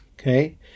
okay